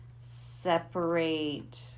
separate